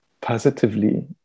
positively